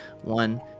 One